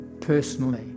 personally